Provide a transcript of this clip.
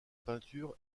peinture